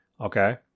Okay